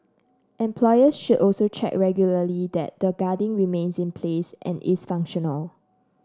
employers should also check regularly that the guarding remains in place and is functional